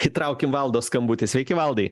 įtraukim valdo skambutį sveiki valdai